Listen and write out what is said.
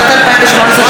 התשע"ט 2018,